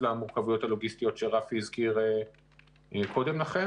למורכבויות הלוגיסטיות שרפי הזכיר קודם לכן.